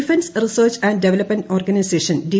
defence research and development organisation D